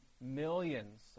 millions